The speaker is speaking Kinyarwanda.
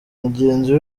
mugenzi